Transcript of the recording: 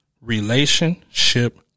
relationship